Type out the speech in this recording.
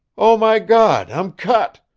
oh, my god, i'm cut!